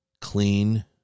clean